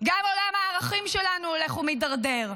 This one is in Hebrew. גם עולם הערכים שלנו הולך ומידרדר.